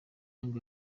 young